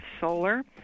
solar